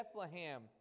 Bethlehem